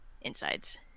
insides